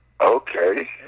Okay